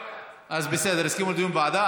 בסדר, קיום הדיון בוועדה.